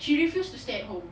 she refuse to stay at home